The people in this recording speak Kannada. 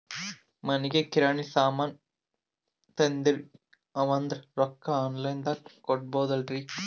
ಮನಿಗಿ ಕಿರಾಣಿ ಸಾಮಾನ ತಂದಿವಂದ್ರ ರೊಕ್ಕ ಆನ್ ಲೈನ್ ದಾಗ ಕೊಡ್ಬೋದಲ್ರಿ?